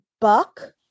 Buck